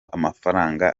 amafaranga